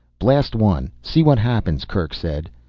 blast one, see what happens, kerk said.